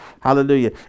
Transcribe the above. Hallelujah